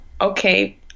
okay